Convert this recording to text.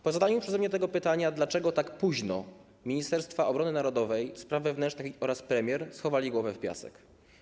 Po zadaniu przeze mnie pytania, dlaczego tak późno, Ministerstwo Obrony Narodowej, ministerstwo spraw wewnętrznych oraz premier schowali głowę w piasek.